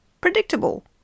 predictable